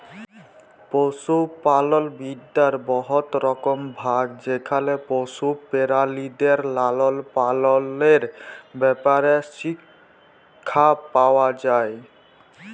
পশুপালল বিদ্যার বহুত রকম ভাগ যেখালে পশু পেরালিদের লালল পাললের ব্যাপারে শিখ্খা পাউয়া যায়